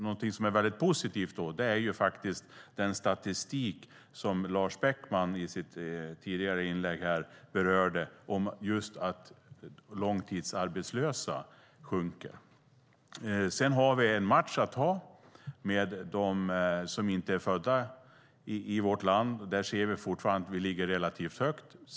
Någonting väldigt positivt är det som visas av den statistik som Lars Beckman berörde i ett tidigare inlägg, att långtidsarbetslösheten sjunker. Sedan har vi en match att ta med dem som inte är födda i vårt land. Där ser vi att arbetslöshet fortfarande ligger relativt högt.